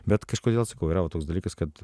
bet kažkodėl sakau yra va toks dalykas kad